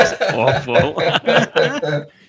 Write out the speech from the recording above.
awful